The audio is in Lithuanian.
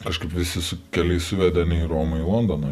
aš kaip visi su keliais suvedami į romą į londoną